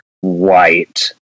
white